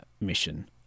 mission